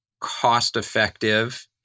cost-effective